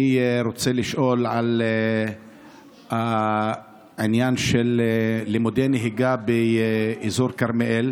אני רוצה לשאול על העניין של לימודי נהיגה באזור כרמיאל.